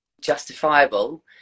justifiable